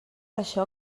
això